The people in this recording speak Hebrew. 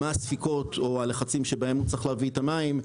מה הספיקות או הלחצים בהם הוא צריך להביא את המים,